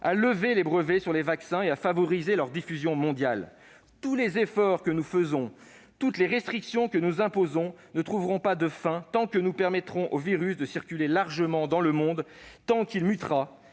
à lever les brevets sur les vaccins et à favoriser leur diffusion mondiale. Tous les efforts que nous faisons, toutes les restrictions que nous nous imposons devront se poursuivre tant que nous permettrons au virus de circuler largement dans le monde, tant qu'il mutera